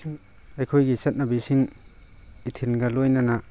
ꯁꯨꯝ ꯑꯩꯈꯣꯏꯒꯤ ꯆꯠꯅꯕꯤ ꯁꯤꯡ ꯏꯊꯤꯜꯒ ꯂꯣꯏꯅꯅ